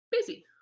busy